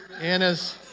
Anna's